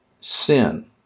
Sin